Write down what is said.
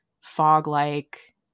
fog-like